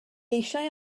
eisiau